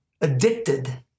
addicted